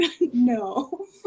No